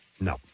No